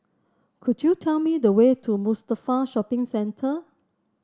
could you tell me the way to Mustafa Shopping Centre